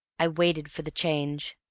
i waited for the change.